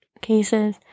cases